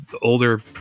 older